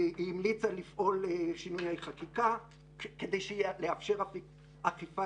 היא המליצה לפעול לשינויי חקיקה כדי לאפשר אכיפה